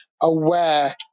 aware